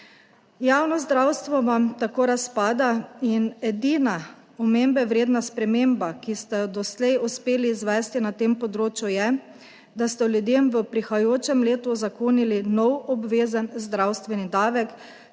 Javno zdravstvo vam tako razpada in edina omembe vredna sprememba, ki ste jo doslej uspeli izvesti na tem področju, je, da ste ljudem v prihajajočem letu uzakonili nov obvezen zdravstveni davek,